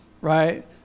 right